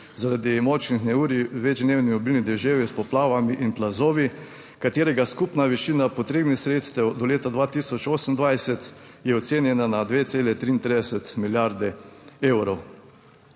zaradi močnih neurij, večdnevne obilne deževje s poplavami in plazovi, katerega skupna višina potrebnih sredstev do leta 2028 je ocenjena na 2,33 milijarde evrov.